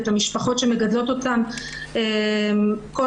והמשפחות שמגדלות אותם צריכות ליצור קשר